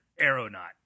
aeronaut